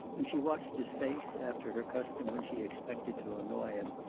and she watched his face, after her custom when she expected to annoy him,